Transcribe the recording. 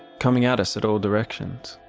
coming at us at all directions?